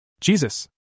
Jesus